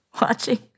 watching